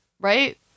right